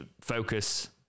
focus